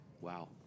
Wow